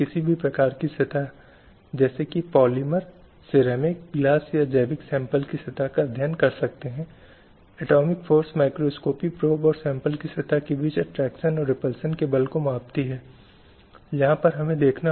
किसी भी काम के लिए वैवाहिक स्थिति के आधार पर बिना किसी भेदभाव के अधिकार सुनिश्चित करने की दिशा में उचित उपाय पेशे और रोजगार के लिए स्वतंत्र विकल्प समान पारिश्रमिक का अधिकार वेतन सेवानिवृत्ति के अधिकार के साथ रहने का अधिकार और बेरोज़गारी बीमारी बुढ़ापे इत्यादि के संबंध में सुरक्षा के लिए प्रावधान